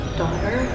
daughter